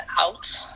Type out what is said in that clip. out